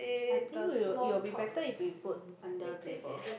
I think we'll it'll be better if we put under table